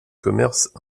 commerce